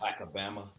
Alabama